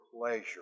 pleasure